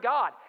God